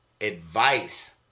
advice